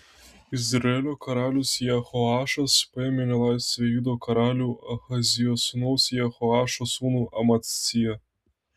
izraelio karalius jehoašas paėmė į nelaisvę judo karalių ahazijo sūnaus jehoašo sūnų amaciją